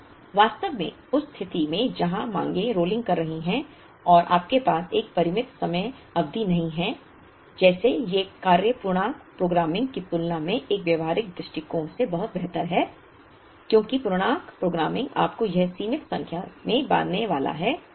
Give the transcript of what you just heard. तो वास्तव में उस स्थिति में जहां माँगें रोलिंग कर रही हैं और आपके पास एक परिमित समय अवधि नहीं है जैसे ये कार्य पूर्णांक प्रोग्रामिंग की तुलना में एक व्यावहारिक दृष्टिकोण से बहुत बेहतर है क्योंकि पूर्णांक प्रोग्रामिंग आपको एक सीमित संख्या में बांधने वाला है